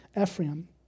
Ephraim